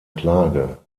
klage